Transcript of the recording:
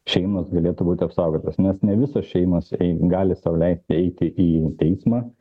šeimos galėtų būti apsaugotos nes ne visos šeimos gali sau leisti eiti į teismą